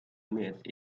met